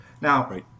Now